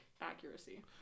accuracy